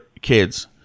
kids